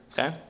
Okay